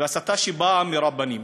הסתה שבאה מרבנים.